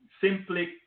simply